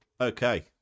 Okay